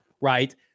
right